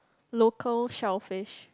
local shellfish